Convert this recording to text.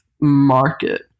market